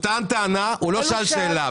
הוא לא שאל שאלה.